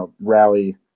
rally